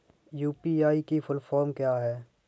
UPI की full form क्या है?